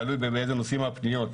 תלוי באיזה נושאים הפניות.